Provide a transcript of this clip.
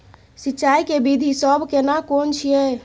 सिंचाई के विधी सब केना कोन छिये?